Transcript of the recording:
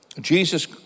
Jesus